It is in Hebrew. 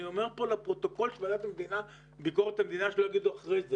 אני אומר פה לפרוטוקול של הוועדה לביקורת המדינה כדי שלא יגידו אחרי זה